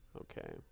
Okay